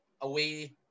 away